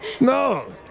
No